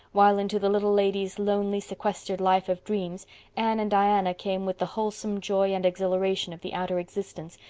while into the little lady's lonely, sequestered life of dreams anne and diana came with the wholesome joy and exhilaration of the outer existence,